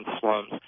slums